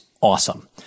awesome